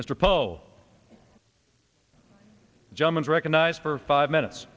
mr pole germans recognized for five minutes